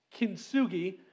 kintsugi